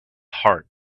heart